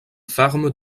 ferme